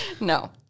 No